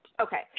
Okay